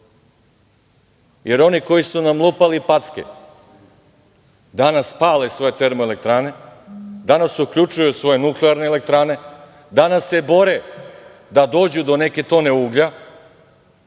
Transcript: noći. Oni koji su nam lupali packe danas pale svoje termoelektrane, danas uključuju svoje nuklearne elektrane, danas se bore da dođu do neke tone uglja,